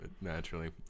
naturally